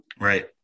right